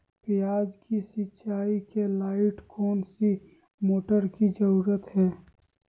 प्याज की सिंचाई के लाइट कौन सी मोटर की जरूरत है?